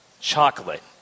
chocolate